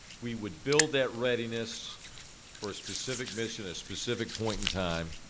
we would build that readiness for a specific mission, a specific point in time.